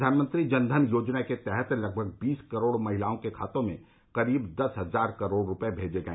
प्रधानमंत्री जनधन योजना के तहत लगभग बीस करोड़ महिलाओं के खातों में करीब दस हजार करोड़ रुपए भेजे गए